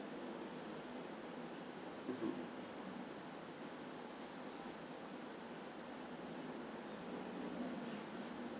mmhmm